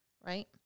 Right